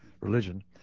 religion